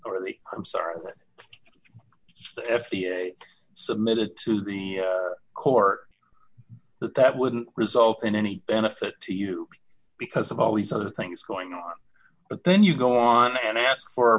the i'm sorry if the f d a submitted to the court that that wouldn't result in any benefit to you because of all these other things going on but then you go on and ask for